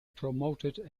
promoted